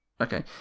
okay